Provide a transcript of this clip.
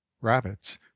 rabbits